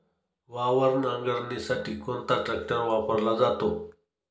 वावर नांगरणीसाठी कोणता ट्रॅक्टर वापरला जातो?